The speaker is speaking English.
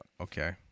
Okay